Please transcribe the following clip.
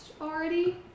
already